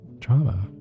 trauma